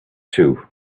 too